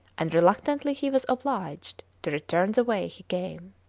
and reluctantly he was obliged to return the way he came.